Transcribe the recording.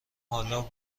حالا